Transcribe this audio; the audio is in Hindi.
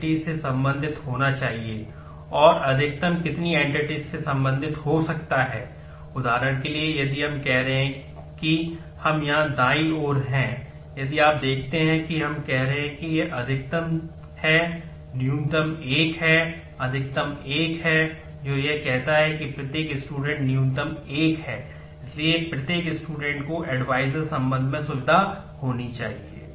अब इन बाधाओं संबंध में सुविधा होनी चाहिए